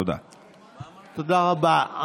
תודה רבה.